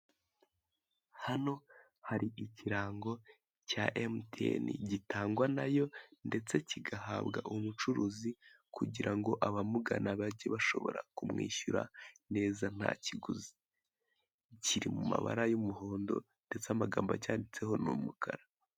Hano hari ikirango cya MTN gitangwa na yo ndetse kigahabwa umucuruzi kugira ngo abamugana bajye bashobora kumwishyura neza nta kiguzi. Kiri mu mabara y'umuhondo ndetse amagambo acyanditseho ni umukara.